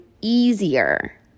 easier